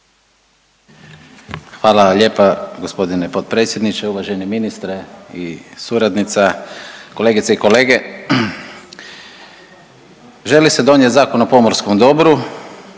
Hvala lijepa gospodine potpredsjedniče. Uvaženi ministre i suradnica, kolegice i kolege, želi se donijeti Zakon o pomorskom dobru,